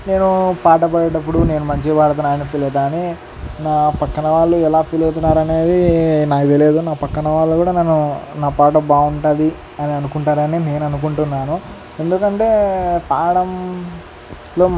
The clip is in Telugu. నేను పాట పాడేటప్పుడు నేను మంచిగా పాడుతున్నానని ఫీల్ అవుతానని నా పక్కన వాళ్ళు ఎలా ఫీల్ అవుతున్నారు అనేది నాకు తెలియదు నా పక్కన వాళ్ళు కూడా నన్ను నా పాట బాగుంటుంది అని అనుకుంటారని నేను అనుకుంటున్నాను ఎందుకంటే పాడడంలో